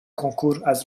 کنکوراز